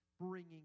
bringing